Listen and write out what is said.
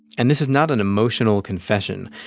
and this is not an emotional confession.